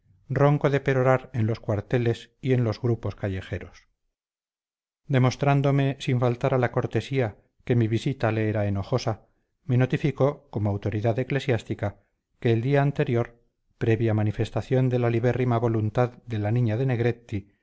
ronco de perorar en los cuarteles y en los grupos callejeros demostrándome sin faltar a la cortesía que mi visita le era enojosa me notificó como autoridad eclesiástica que el día anterior previa manifestación de la libérrima voluntad de la niña de negretti